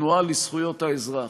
התנועה לזכויות האזרח.